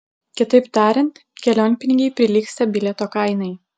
kitaip tariant kelionpinigiai prilygsta bilieto kainai